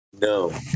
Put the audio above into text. No